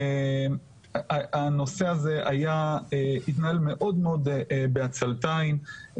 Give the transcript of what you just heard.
הנושא הזה התנהל מאוד בעצלתיים,